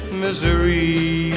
misery